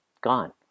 gone